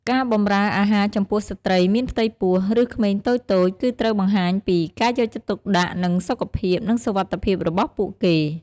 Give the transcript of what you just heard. ការបម្រើអាហារចំពោះស្ត្រីមានផ្ទៃពោះ ឬក្មេងតូចៗ គឺត្រូវបង្ហាញពី ការយកចិត្តទុកដាក់នឹងសុខភាព និងសុវត្ថិភាព របស់ពួកគេ។